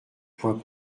point